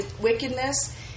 wickedness